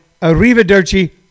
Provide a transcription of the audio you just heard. Arrivederci